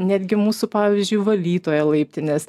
netgi mūsų pavyzdžiui valytoja laiptinės